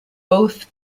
both